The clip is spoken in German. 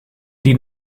die